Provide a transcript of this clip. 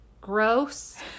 gross